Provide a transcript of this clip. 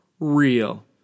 real